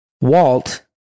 walt